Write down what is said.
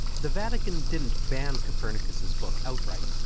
the vatican didn't ban copernicus's book outright,